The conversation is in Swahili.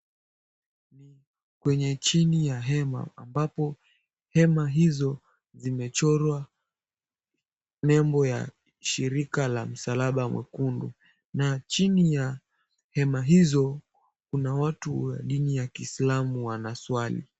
Kwenye chini ya hema, ambapo hema hizo zimechorwa nembo ya shirika la msalaba mwekundu. Na chini ya hema hizo kuna watu wa dini ya kiislamu wanaswali.